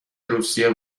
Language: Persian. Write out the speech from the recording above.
روسیه